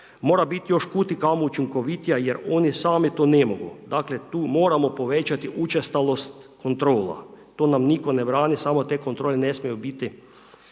mora biti još kud i kamo učinkovitija jer oni sami to ne mogu, dakle tu moramo povećati učestalost kontrola. To nam nitko ne brani, samo te kontrole ne smiju biti